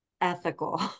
ethical